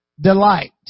delight